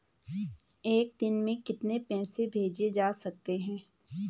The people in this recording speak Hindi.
एक दिन में कितने पैसे भेजे जा सकते हैं?